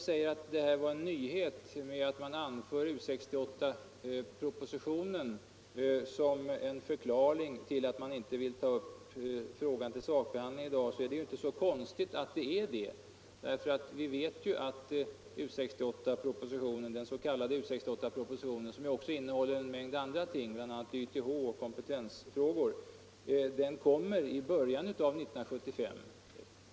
Här har påpekats att det var en nyhet att U 68-propositionen anförs som en förklaring till att man inte vill ta upp frågan till sakbehandling i dag, men det är inte så konstigt att det förhåller sig på det sättet. Vi vet ju att den s.k. U 68-propositionen —- som också innehåller en mängd andra ting, bl.a. YTH och kompetensfrågor — kommer att framläggas i början av 1975.